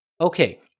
Okay